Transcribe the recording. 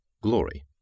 Glory